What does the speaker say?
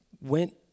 went